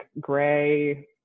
gray